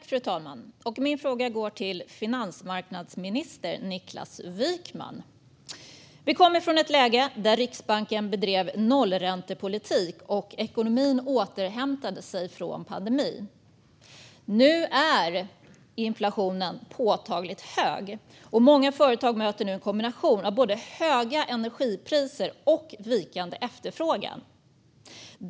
Fru talman! Min fråga går till finansmarknadsminister Niklas Wykman. Vi kommer från ett läge där Riksbanken bedrev nollräntepolitik och ekonomin återhämtade sig från pandemin. Nu är inflationen påtagligt hög, och många företag möter en kombination av höga energipriser och vikande efterfrågan.